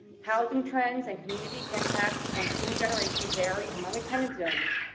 housing trends and community impacts on student generation vary among attendance zones,